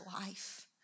life